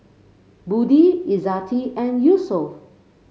Budi Izzati and Yusuf